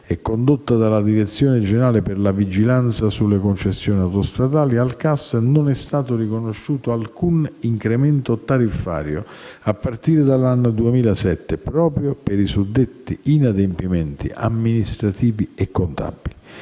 è condotta dalla direzione generale per la vigilanza sulle concessioni autostradali, al CAS non è stato riconosciuto alcun incremento tariffario a partire dall'anno 2007, proprio per i suddetti inadempimenti amministrativi e contabili.